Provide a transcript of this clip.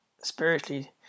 spiritually